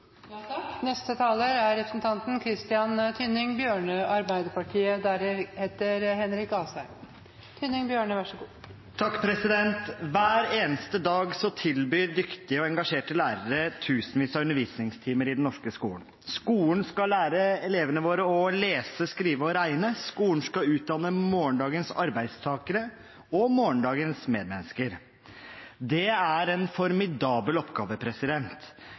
Representanten Anne Tingelstad Wøien tok opp de forslag hun refererte til. Hver eneste dag tilbyr dyktige og engasjerte lærere tusenvis av undervisningstimer i den norske skolen. Skolen skal lære elevene våre å lese, skrive og regne. Skolen skal utdanne morgendagens arbeidstakere og morgendagens medmennesker. Det er en formidabel oppgave.